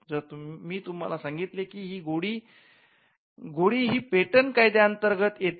जर मी तुम्हाला सांगितले की गोळी ही पेटंट कायद्या अंतर्गत येते